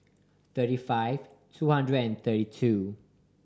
thirty five two hundred and thirty two